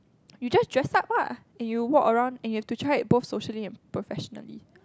you just dress up lah and you walk around and you have to try it both socially and professionally